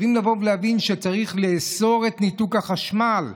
חייבים לבוא ולהבין שצריך לאסור את ניתוק החשמל.